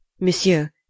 Monsieur